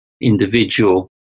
individual